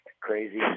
crazy